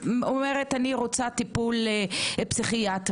ואומרת: אני רוצה טיפול פסיכיאטרי.